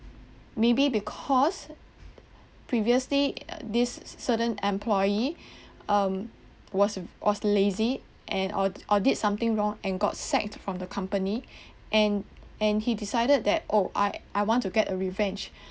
maybe because previously this certain employee um was was lazy and or or did something wrong and got sacked from the company and and he decided that oh I I want to get a revenge